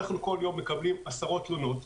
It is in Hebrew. אנחנו כל יום מקבלים עשרות תלונות.